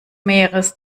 meeres